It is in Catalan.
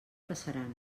passaran